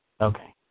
Okay